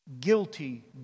guilty